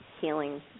healing